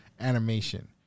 animation